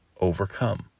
overcome